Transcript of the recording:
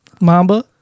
Mamba